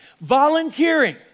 volunteering